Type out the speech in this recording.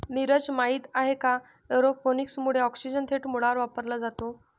नीरज, माहित आहे का एरोपोनिक्स मुळे ऑक्सिजन थेट मुळांवर वापरला जातो